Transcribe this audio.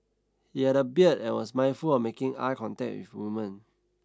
he had a beard and was mindful of making eye contact with women